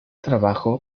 trabajo